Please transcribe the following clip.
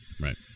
Right